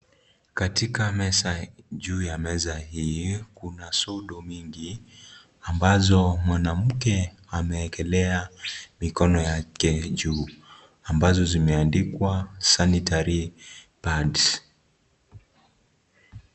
Katika meza, juu ya meza hii kuna sudo mingi ambazo mwanamke ameekelea mikono Yake juu ambazo zimeandikwa sanitary pads.